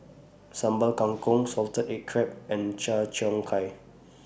Sambal Kangkong Salted Egg Crab and Cheong Gai